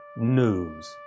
news